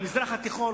במזרח התיכון,